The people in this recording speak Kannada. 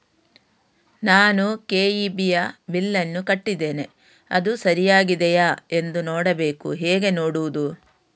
ನಾನು ಕೆ.ಇ.ಬಿ ಯ ಬಿಲ್ಲನ್ನು ಕಟ್ಟಿದ್ದೇನೆ, ಅದು ಸರಿಯಾಗಿದೆಯಾ ಎಂದು ನೋಡಬೇಕು ಹೇಗೆ ನೋಡುವುದು?